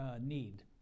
need